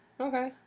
Okay